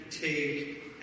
take